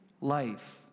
life